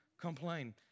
complain